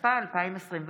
התשפ"א 2021,